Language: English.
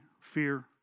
fear